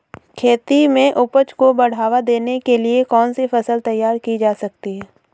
खेती में उपज को बढ़ावा देने के लिए कौन सी फसल तैयार की जा सकती है?